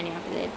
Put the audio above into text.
ya